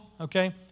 okay